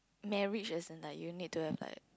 marriage as in like you need to have like